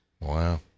wow